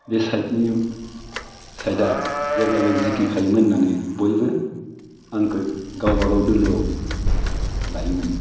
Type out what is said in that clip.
बे साइटनि साइटआ जेब्लाबो जिखिखायोमोन होन्नानै बयबो आंखौ गावबागाव दोलोआव लायोमोन